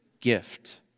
gift